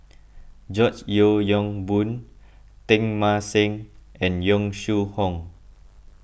George Yeo Yong Boon Teng Mah Seng and Yong Shu Hoong